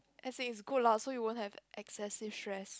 as in it's good lah so you won't have excessive stress